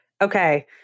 okay